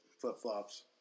Flip-flops